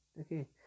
Okay